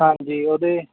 ਹਾਂਜੀ ਉਹਦੇ